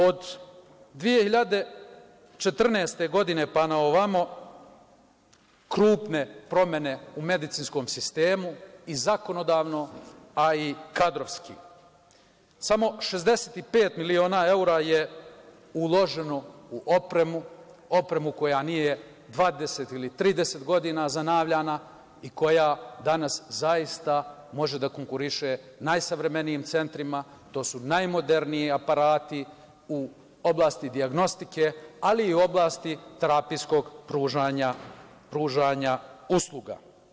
Od 2014. godine, pa na ovamo krupne promene u medicinskom sistemu i zakonodavno, a i kadrovski, samo 65 miliona evra je uloženo u opremu koja nije 20 ili 30 godina obnovljena i koja danas zaista može da konkuriše najsavremenijim centrima, to su najmoderniji aparati u oblasti dijagnostike, ali i u oblasti terapijskog pružanja usluga.